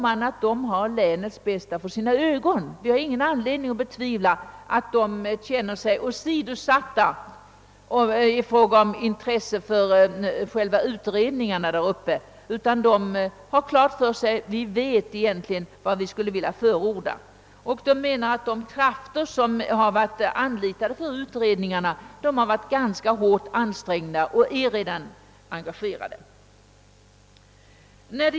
Det finns ingen anledning att tro annat än att länsstyrelsen har länets bästa för ögonen. Den vet vad den vill förorda, och den vet också att de krafter som anlitats för utredningarna har varit hårt engagerade.